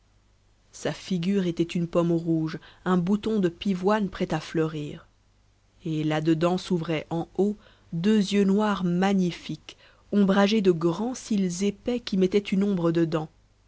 sa figure était une pomme rouge un bouton de pivoine prêt à fleurir et là-dedans s'ouvraient en haut deux yeux noirs magnifiques ombragés de grands cils épais qui mettaient une ombre dedans